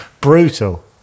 Brutal